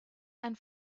and